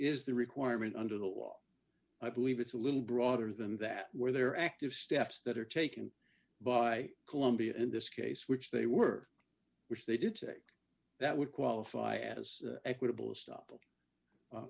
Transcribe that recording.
is the requirement under the law i believe it's a little broader than that where there are active steps that are taken by columbia in this case which they were which they did take that would qualify as equitable